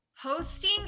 Hosting